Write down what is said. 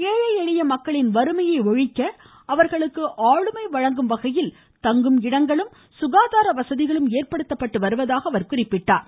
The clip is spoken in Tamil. ஏழை எளிய மக்களின் வறுமையை ஒழிக்க அவர்களுக்கு ஆளுமை வழங்கும் வகையில் தங்கும் இடங்களும் சுகாதார வசதிகளும் ஏற்படுத்தப்பட்டு வருவதாக கூறினார்